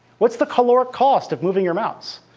what's the caloric cost of moving your mouse?